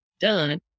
done